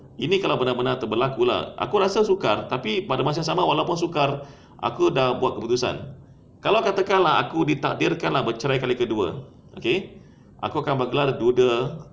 ini benar-benar berlaku lah aku rasa sukar tapi pada masa sama walupun sukar aku dah buat keputusan kalau katakan lah aku ditakdirkan bercerai kali kedua okay aku akan bergelar duda